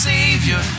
Savior